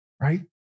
right